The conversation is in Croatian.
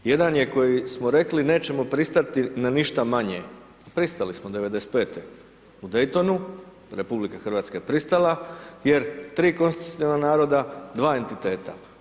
Jedan je koji smo rekli, nećemo pristati na ništa manje, pristali smo 95.-te u Dejtonu, RH je pristala jer tri konstitutivna naroda, dva entiteta.